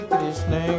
Krishna